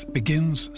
begins